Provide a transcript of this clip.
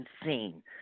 insane